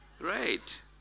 Great